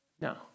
no